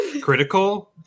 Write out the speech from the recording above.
critical